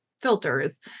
filters